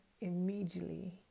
immediately